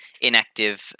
inactive